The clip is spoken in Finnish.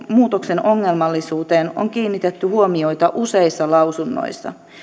muutoksen ongelmallisuuteen on kiinnitetty huomiota useissa lausunnoissa